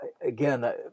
Again